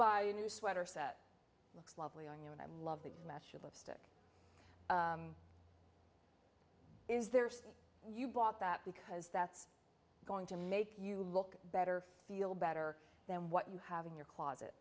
buy a new sweater set looks lovely on you and i love the matchups is there so you bought that because that's going to make you look better feel better than what you have in your closet